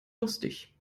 lustig